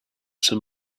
some